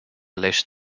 leest